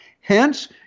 Hence